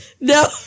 No